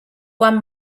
one